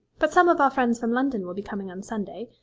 but some of our friends from london will be coming on sunday.